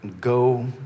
go